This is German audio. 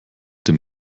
dem